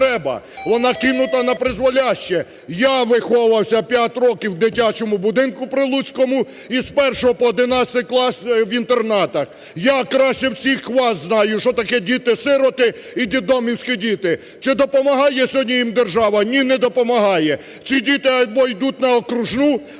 вона кинута на призволяще. Я виховувався 5 років у дитячому будинку прилуцькому і з 1-го по 11клас – в інтернатах, я краще всіх вас знаю, що таке діти-сироти і дитдомівські діти. Чи допомагає сьогодні їм держава? Ні, не допомагає. Ці діти або йдуть на Окружну, або в тюрму,